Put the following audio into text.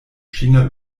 china